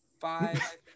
five